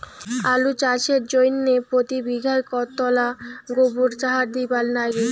আলু চাষের জইন্যে প্রতি বিঘায় কতোলা গোবর সার দিবার লাগে?